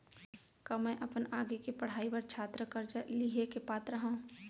का मै अपन आगे के पढ़ाई बर छात्र कर्जा लिहे के पात्र हव?